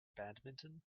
badminton